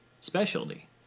specialty